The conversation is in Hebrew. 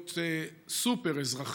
להיות סופר-אזרחים,